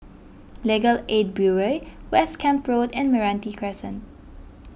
Legal Aid Bureau West Camp Road and Meranti Crescent